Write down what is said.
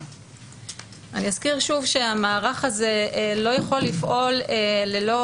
אזכיר שוב שהמערך הזה לא יכול לפעול ללא